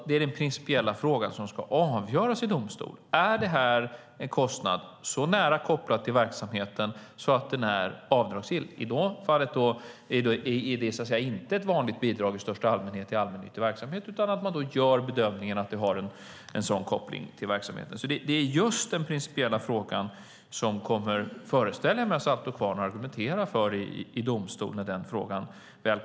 Den principiella frågan ska i detta fall avgöras i domstol. Är det en kostnad så nära kopplad till verksamheten så att den är avdragsgill? Då är det inte ett bidrag i största allmänhet till allmännyttig verksamhet, utan man gör bedömningen att det har en sådan koppling till verksamheten. Det är just den principiella fråga som jag föreställer mig att Saltå Kvarn kommer att argumentera för i domstolen.